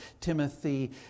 Timothy